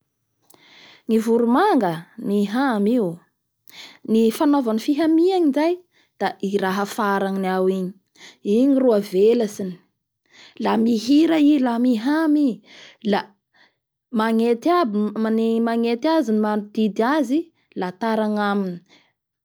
Ny voro manga mihamy io, ny fanaovany ny fihamiany zay da i raha afarany ao igny igny ro avelatsiny la mihira i, la mihamy i; la magne- magnety aby ny manodidy azy la tara agnaminy.